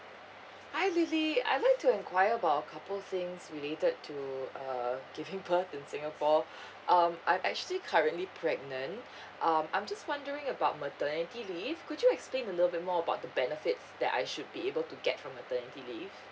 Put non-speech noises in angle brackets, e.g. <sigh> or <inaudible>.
hi lily I like to enquire about a couple things related to uh giving birth in singapore <breath> um I'm actually currently pregnant <breath> um I'm just wondering about maternity leave could you explain a little bit more about the benefits that I should be able to get from maternity leave